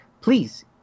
please